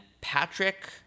Patrick